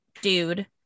dude